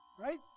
Right